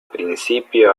principio